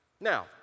Now